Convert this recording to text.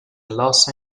los